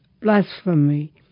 blasphemy